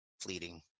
fleeting